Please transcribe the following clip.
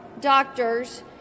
doctors